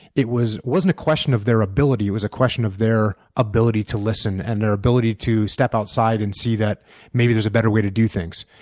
it wasn't a question of their ability, it was a question of their ability to listen and their ability to step outside and see that maybe there's a better way to do things.